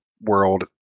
world